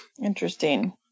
Interesting